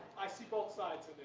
i see both sides